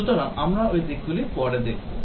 সুতরাং আমরা ওই দিকগুলি পরে দেখব